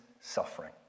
suffering